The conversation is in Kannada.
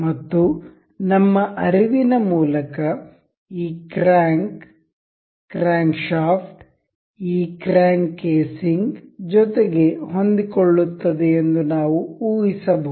ಮತ್ತು ನಮ್ಮ ಅರಿವಿನ ಮೂಲಕ ಈ ಕ್ರ್ಯಾಂಕ್ ಕ್ರ್ಯಾಂಕ್ ಶಾಫ್ಟ್ ಈ ಕ್ರ್ಯಾಂಕ್ ಕೇಸಿಂಗ್ ಜೊತೆಗೆ ಹೊಂದಿಕೊಳ್ಳುತ್ತದೆ ಎಂದು ನಾವು ಊಹಿಸಬಹುದು